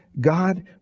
God